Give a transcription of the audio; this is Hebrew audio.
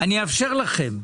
אאפשר לכם.